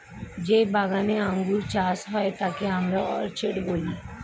যেই বাগানে আঙ্গুর চাষ হয় তাকে আমরা অর্চার্ড বলি